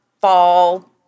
fall